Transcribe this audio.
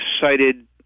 cited